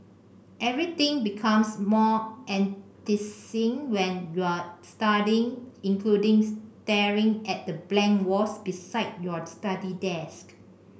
everything becomes more enticing when you're studying including staring at the blank walls beside your study desk